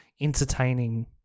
entertaining